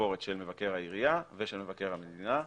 וביקורת של מבקר העירייה ושל מבקר המדינה,